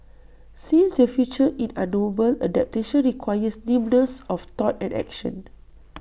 since the future in unknowable adaptation requires nimbleness of thought and action